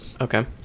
Okay